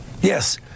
Yes